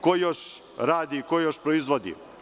Ko još radi i ko još proizvodi?